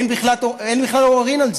אין בכלל עוררין על זה.